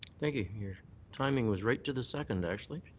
thank you. your timing was right to the second actually.